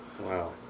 Wow